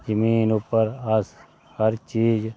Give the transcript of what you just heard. जमीन पर अस हर चीज